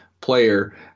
player